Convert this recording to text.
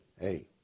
hey